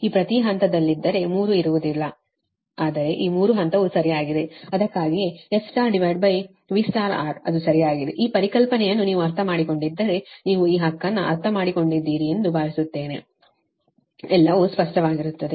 ಅದು ಪ್ರತಿ ಹಂತದಲ್ಲಿದ್ದರೆ 3 ಇರುವುದಿಲ್ಲ ಆದರೆ 3 ಹಂತವು ಸರಿಯಾಗಿದೆ ಅದಕ್ಕಾಗಿಯೇ SVR ಅದು ಸರಿಯಾಗಿದೆ ಈ ಪರಿಕಲ್ಪನೆಯನ್ನು ನೀವು ಅರ್ಥಮಾಡಿಕೊಂಡಿದ್ದರೆ ನೀವು ಈ ಹಕ್ಕನ್ನು ಅರ್ಥಮಾಡಿಕೊಂಡಿದ್ದೀರಿ ಎಂದು ಭಾವಿಸುತ್ತೇನೆ ಎಲ್ಲವೂ ಸ್ಪಷ್ಟವಾಗಿರುತ್ತದೆ